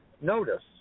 notice